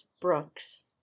Brooks